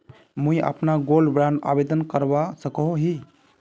मुई अपना gold bond आवेदन करवा सकोहो ही?